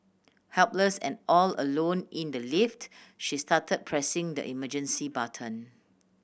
helpless and all alone in the lift she started pressing the emergency button